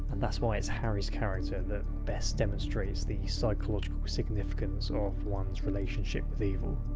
that's why it's harry's character that best demonstrates the psychological significance of one's relationship with evil.